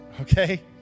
okay